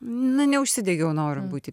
na neužsidegiau noru būti